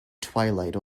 twilight